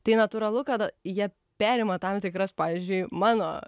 tai natūralu kad jie perima tam tikras pavyzdžiui mano